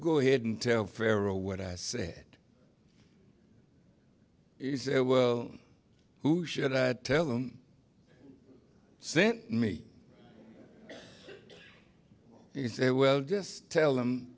go ahead and tell pharaoh what i said who should i tell them sent me and he said well just tell them